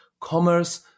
commerce